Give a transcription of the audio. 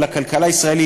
לכלכלה הישראלית,